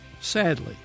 Sadly